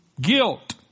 guilt